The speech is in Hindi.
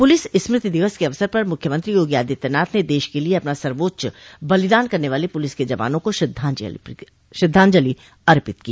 पुलिस स्मृति दिवस के अवसर पर मुख्यमंत्री योगी आदित्यनाथ ने दश के लिये अपना सर्वोच्च बलिदान करने वाले पुलिस के जवानों को श्रद्धांजलि अर्पित की